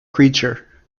creature